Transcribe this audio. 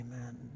amen